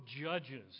Judges